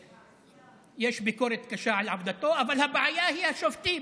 יש ביקורת קשה על עבודתו, אבל הבעיה היא השופטים,